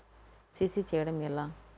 CC చేయడము ఎలా?